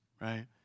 right